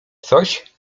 coś